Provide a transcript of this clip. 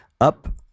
up